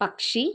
പക്ഷി